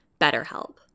BetterHelp